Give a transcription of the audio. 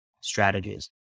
strategies